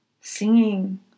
singing